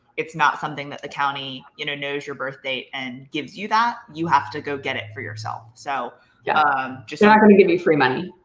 it's not something that the county you know knows your birth date and gives you that, you have to go get it for yourself. so yeah just. they're not gonna give you free money.